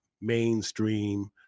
mainstream